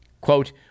quote